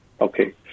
Okay